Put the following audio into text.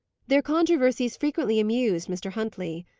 their controversies frequently amused mr. huntley.